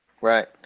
Right